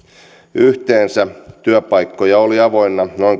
yhteensä työpaikkoja oli avoinna